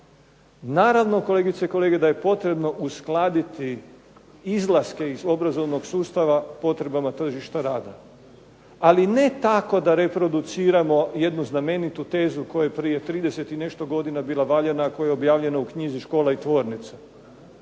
Naravno, kolegice i kolege, da je potrebno uskladiti izlaske iz obrazovnog sustava potrebama tržišta rada, ali ne tako da reproduciramo jednu znamenitu tezu koja je prije 30 i nešto godina bila valjana, koja je objavljena u knjizi "Škola i tvornica",